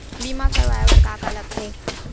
बीमा करवाय बर का का लगथे?